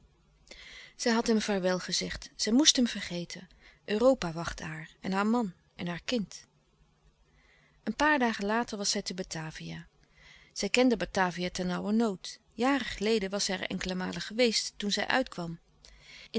zij had hem vaarwel gezegd zij moest hem vergeten europa wachtte haar en haar man en haar kind een paar dagen later was zij te batavia zij kende batavia ternauwernood jaren geleden was zij er enkele malen geweest toen zij uitkwam